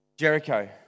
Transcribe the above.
Jericho